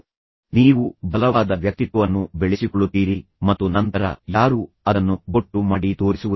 ಆದ್ದರಿಂದ ನೀವು ಬಲವಾದ ವ್ಯಕ್ತಿತ್ವವನ್ನು ಬೆಳೆಸಿಕೊಳ್ಳುತ್ತೀರಿ ಮತ್ತು ನಂತರ ಯಾರೂ ಅದನ್ನು ನಿಮಗೆ ಬೊಟ್ಟು ಮಾಡಿ ತೋರಿಸುವುದಿಲ್ಲ